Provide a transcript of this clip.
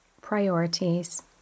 priorities